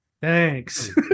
thanks